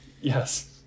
yes